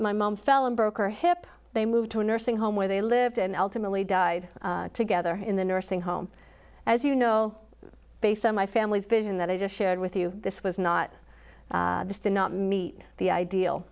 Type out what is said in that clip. my mom fell and broke her hip they moved to a nursing home where they lived and ultimately died together in the nursing home as you know based on my family's vision that i just shared with you this was not this did not meet the ideal